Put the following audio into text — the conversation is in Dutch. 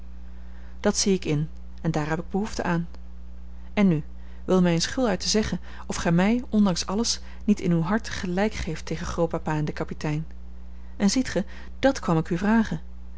dat zie ik in en daar heb ik behoefte aan en nu wil mij eens gul uit zeggen of gij mij ondanks alles niet in uw hart gelijk geeft tegen grootpapa en den kapitein en ziet gij dàt kwam ik u vragen